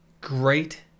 Great